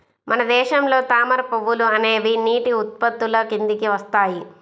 మన దేశంలో తామర పువ్వులు అనేవి నీటి ఉత్పత్తుల కిందికి వస్తాయి